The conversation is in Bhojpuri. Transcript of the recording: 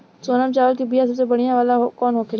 सोनम चावल के बीया सबसे बढ़िया वाला कौन होखेला?